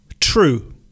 true